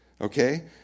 Okay